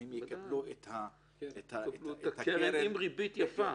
שהם יקבלו את הקרן --- עם ריבית יפה.